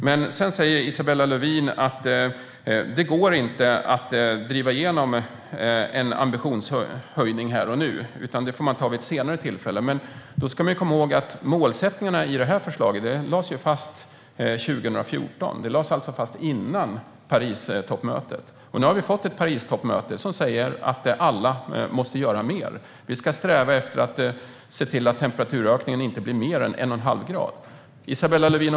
Men sedan säger Isabella Lövin att det inte går att driva igenom en ambitionshöjning här och nu utan att man får ta det vid ett senare tillfälle. Då ska man komma ihåg att målsättningarna i det här förslaget lades fast 2014. De lades alltså fast före Paristoppmötet. Nu har vi fått ett Parisavtal som säger att alla måste göra mer. Vi ska sträva efter att se till att temperaturökningen inte blir mer än en och en halv grad. Isabella Lövin!